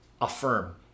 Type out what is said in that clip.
Affirm